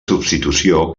substitució